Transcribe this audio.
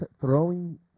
throwing